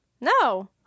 No